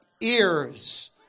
ears